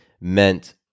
meant